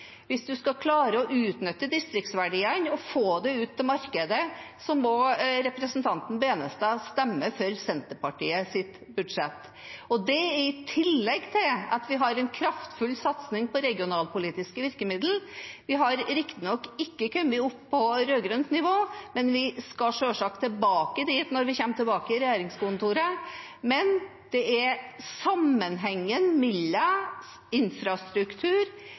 Hvis man skal klare å utnytte distriktsverdiene og få det ut i markedet, må representanten Benestad stemme for Senterpartiets budsjett. Dette kommer i tillegg til at vi har en kraftfull satsing på regionalpolitiske virkemiddel. Vi har riktig nok ikke kommet opp på rød-grønt nivå, men vi skal selvsagt tilbake dit når vi kommer tilbake i regjeringskontorene. Men det er sammenhengen mellom infrastruktur